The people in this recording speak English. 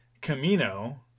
Camino